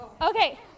Okay